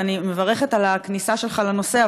אז אני מברכת על הכניסה שלך לנושא,